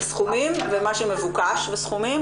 בסכומים ומה שמבוקש בסכומים,